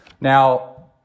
Now